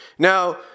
Now